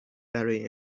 برای